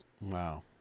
Wow